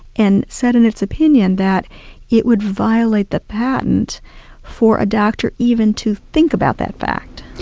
and said in its opinion that it would violate the patent for a doctor even to think about that fact.